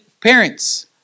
parents